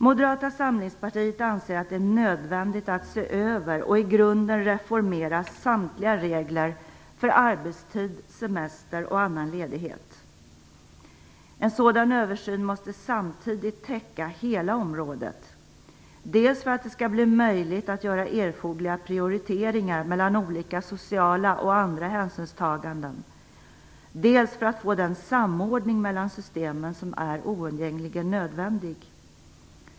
Moderata samlingspartiet anser att det är nödvändigt att se över och i grunden reformera samtliga regler för arbetstid, semester och annan ledighet. En sådan översyn måste samtidigt täcka hela området, dels för att det skall bli möjligt att göra erforderliga prioriteringar mellan olika sociala och andra hänsynstaganden, dels för att få den samordning mellan systemen som är oundgängligen nödvändig.